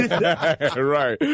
Right